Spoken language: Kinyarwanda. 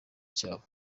cyabo